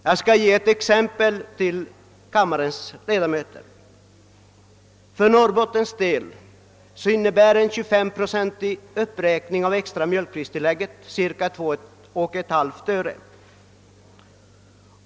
Jag skall ge kammarens ledamöter ett exempel. För Norrbottens del innebär en 25-procentig uppräkning av det extra mjölkpristillägget cirka 2,5 öre.